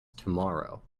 tomorrow